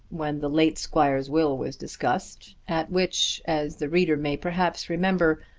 when the late squire's will was discussed, at which, as the reader may perhaps remember,